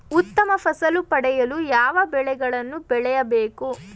ಉತ್ತಮ ಫಸಲು ಪಡೆಯಲು ಯಾವ ಬೆಳೆಗಳನ್ನು ಬೆಳೆಯಬೇಕು?